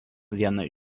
viena